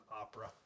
Opera